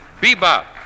Bebop